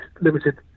limited